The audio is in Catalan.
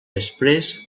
després